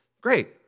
great